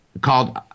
called